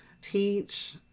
teach